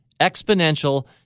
exponential